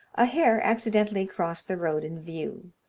a hare accidentally crossed the road in view.